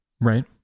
Right